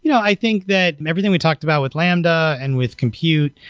you know i think that everything we talked about with lambda and with compute,